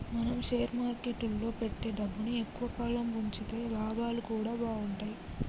మనం షేర్ మార్కెట్టులో పెట్టే డబ్బుని ఎక్కువ కాలం వుంచితే లాభాలు గూడా బాగుంటయ్